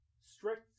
Strict